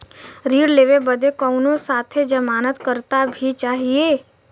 ऋण लेवे बदे कउनो साथे जमानत करता भी चहिए?